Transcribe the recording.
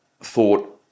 thought